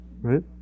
right